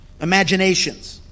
imaginations